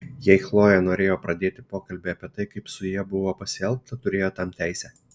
jei chlojė norėjo pradėti pokalbį apie tai kaip su ja buvo pasielgta turėjo tam teisę